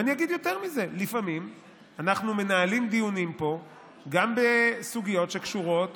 ואני אגיד יותר מזה: לפעמים אנחנו מנהלים דיונים פה גם בסוגיות שקשורות